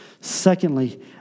Secondly